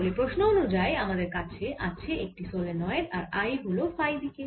তাহলে প্রশ্ন অনুযায়ী আমাদের আছে একটি সলেনয়েড আর I হল ফাই দিকে